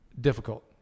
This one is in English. difficult